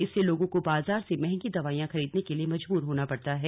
इससे लोगों को बाजार से महंगी दवाएं खरीदने के लिए मजबूर होना पड़ता है